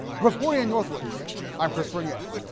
reporter and northwoods i'm chris wray.